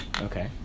Okay